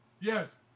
Yes